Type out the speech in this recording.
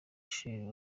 chez